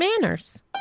manners